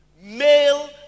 Male